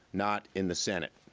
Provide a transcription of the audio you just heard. not in the senate.